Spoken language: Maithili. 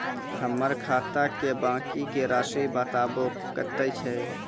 हमर खाता के बाँकी के रासि बताबो कतेय छै?